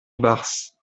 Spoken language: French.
barse